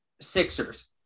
Sixers